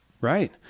Right